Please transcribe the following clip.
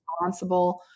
responsible